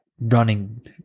running